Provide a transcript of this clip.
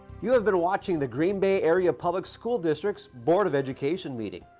you have been watching the green bay area public school district's board of education meeting.